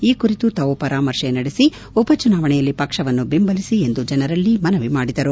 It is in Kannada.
ಈ ಕುರಿತು ತಾವು ಪರಾಮರ್ಶೆ ನಡೆಸಿ ಉಪ ಚುನಾವಣೆಯಲ್ಲಿ ಪಕ್ಷವನ್ನು ಬೆಂಬಲಿಸಿ ಎಂದು ಜನರಲ್ಲಿ ಮನವಿ ಮಾಡಿದರು